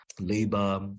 labor